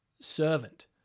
servant